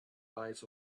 eyes